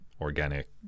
organic